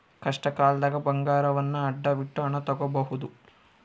ಕಷ್ಟಕಾಲ್ದಗ ಬಂಗಾರವನ್ನ ಅಡವಿಟ್ಟು ಹಣ ತೊಗೋಬಹುದು